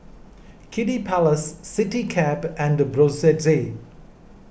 Kiddy Palace CityCab and Brotzeit